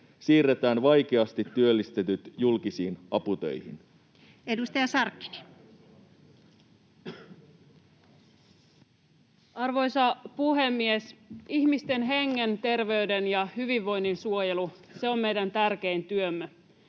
siirretään vaikeasti työllistettävät julkisiin aputöihin? Edustaja Sarkkinen. Arvoisa puhemies! Ihmisten hengen, terveyden ja hyvinvoinnin suojelu on meidän tärkein työmme.